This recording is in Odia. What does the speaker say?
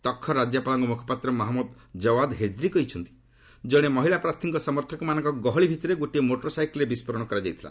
ତଖର୍ ରାଜ୍ୟପାଳଙ୍କ ମୁଖପାତ୍ର ମହମ୍ମଦ କୱାଦ୍ ହେକ୍ରି କହିଛନ୍ତି କଣେ ମହିଳା ପ୍ରାର୍ଥୀଙ୍କ ସମର୍ଥକମାନଙ୍କ ଗହଳି ଭିତରେ ଗୋଟିଏ ମୋଟର ସାଇକେଲ୍ରେ ବିସ୍ଫୋରଣ କରାଯାଇଥିଲା